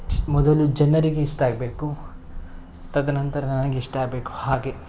ಮೊದಲು ಜನರಿಗೆ ಇಷ್ಟ ಆಗಬೇಕು ತದನಂತರ ನನಗೆ ಇಷ್ಟ ಆಗಬೇಕು ಹಾಗೆ